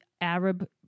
Arab